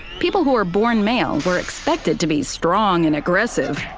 people who were born male were expected to be strong and aggressive,